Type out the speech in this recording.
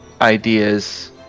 ideas